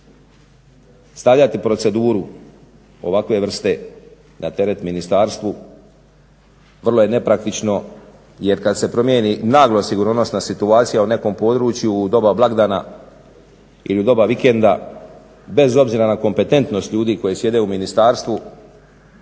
Stavljati proceduru ovakve vrste na teret ministarstvu vrlo je nepraktično jer kad se promjeni naglo sigurnosna situacija u nekom području u doba blagdana ili u doba vikenda bez obzira na kompetentnost ljudi koji sjede u ministarstvu